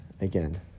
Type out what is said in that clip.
Again